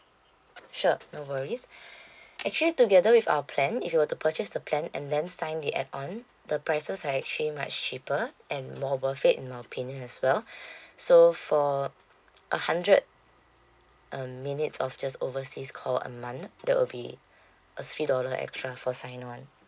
sure no worries actually together with our plan if you were to purchase the plan and then sign the add on the prices are actually much cheaper and more worth it in my opinion as well so for a hundred um minutes of just overseas call a month that will be a three dollar extra for sign one